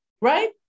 Right